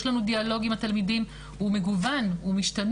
יש לנו דיאלוג עם התלמידים, הוא מגוון, הוא משתנה.